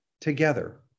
together